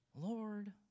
Lord